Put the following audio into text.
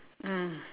mm